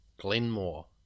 Glenmore